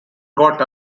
got